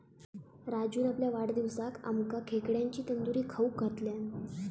राजून आपल्या वाढदिवसाक आमका खेकड्यांची तंदूरी खाऊक घातल्यान